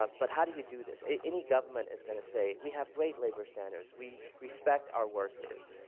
but how do you do this? any government is going to say we have great labor standards, we respect our workers,